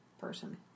person